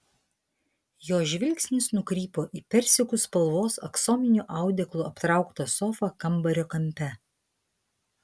jo žvilgsnis nukrypo į persikų spalvos aksominiu audeklu aptrauktą sofą kambario kampe